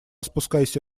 спускайся